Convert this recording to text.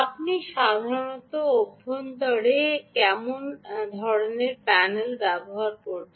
আপনি সাধারণত অভ্যন্তরের অভ্যন্তরে কোন ধরণের প্যানেল ব্যবহার করেন